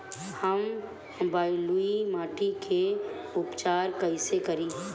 हम बलुइ माटी के उपचार कईसे करि?